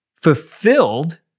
fulfilled